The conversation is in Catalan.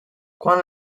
quan